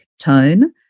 tone